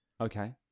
Okay